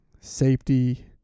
safety